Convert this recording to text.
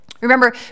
Remember